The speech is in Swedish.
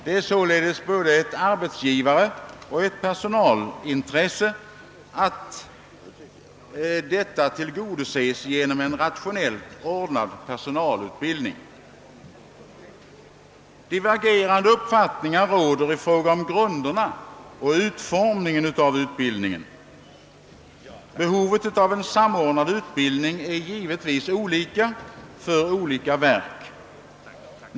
Det är således både ett arbetsgivarintresse och ett personalintresse att kraven tillgodoses genom en rationellt ordnad personalutbildning. Divergerande uppfattningar råder i fråga om grunderna och utformningen av utbildningen. Behovet av en samordnad utbildning är givetvis olika för olika verk.